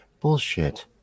Bullshit